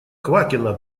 квакина